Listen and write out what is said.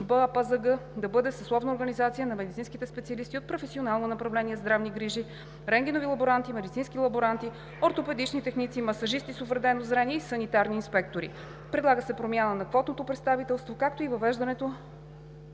БАПЗГ да бъде съсловна организация на медицинските специалисти от професионално направление „Здравни грижи“ – рентгенови лаборанти, медицински лаборанти, ортопедични техници, масажисти с увредено зрение и санитарни инспектори. Предлага се промяна на квотното представителство, както и въвеждането